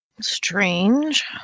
Strange